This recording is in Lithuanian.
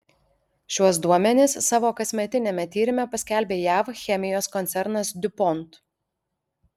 šiuos duomenis savo kasmetiniame tyrime paskelbė jav chemijos koncernas diupont